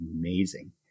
amazing